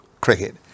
cricket